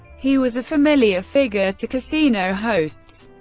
he was a familiar figure to casino hosts,